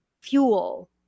fuel